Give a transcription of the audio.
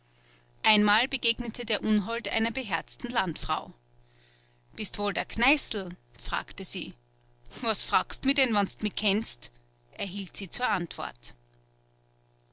einmal begegnete der unhold einer beherzten landfrau bist wohl der kneißl fragte sie was fragst mi denn wenn mi kennst erhielt sie zur antwort